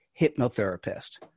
hypnotherapist